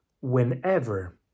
whenever